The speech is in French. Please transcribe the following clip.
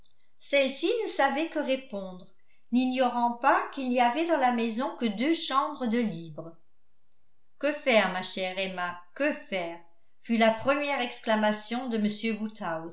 celle-ci ne savait que répondre n'ignorant pas qu'il n'y avait dans la maison que deux chambres de libres que faire ma chère emma que faire fut la première exclamation de